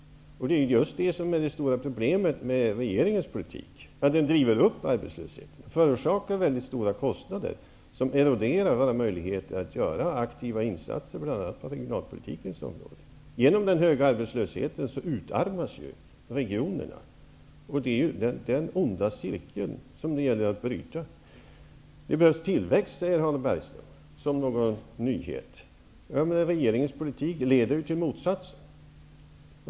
Det stora problemet med regeringens politik är att den driver upp arbetslösheten och förorsakar mycket stora kostnader, som eroderar våra möjligheter att göra aktiva insatser på bl.a. regionalpolitikens område. Genom den höga arbetslösheten utarmas ju regionerna, och det är denna onda cirkel som det gäller att bryta. Det behövs tillväxt, säger Harald Bergström som om det vore en nyhet. Regeringens politik leder ju till motsatsen.